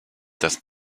das